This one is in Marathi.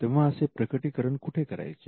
तेव्हा असे प्रकटीकरण कुठे करायचे